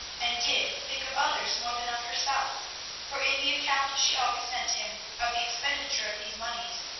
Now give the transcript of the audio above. and did, think of others more than of herself for in the account she always sent him of the expenditure of these moneys,